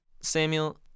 Samuel